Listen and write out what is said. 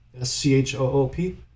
S-C-H-O-O-P